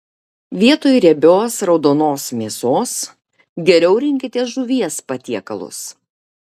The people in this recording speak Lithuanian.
vietoj riebios raudonos mėsos geriau rinkitės žuvies patiekalus